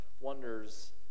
wonders